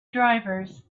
drivers